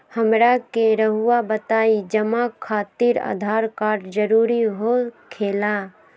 हमरा के रहुआ बताएं जमा खातिर आधार कार्ड जरूरी हो खेला?